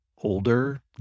older